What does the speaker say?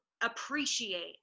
appreciate